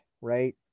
right